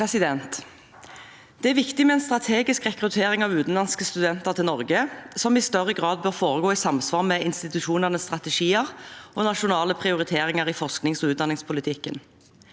Det er viktig med en strategisk rekruttering av utenlandske studenter til Norge, noe som i større grad bør foregå i samsvar med institusjonenes strategier og nasjonale prioriteringer i forsknings- og utdanningspolitikken.